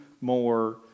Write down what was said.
more